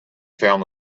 found